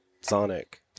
Sonic